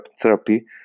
therapy